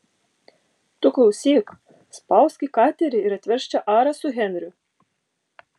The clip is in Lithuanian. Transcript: tu klausyk spausk į katerį ir atvežk čia arą su henriu